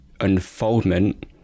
unfoldment